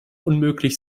unmöglich